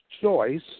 Choice